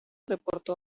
reportó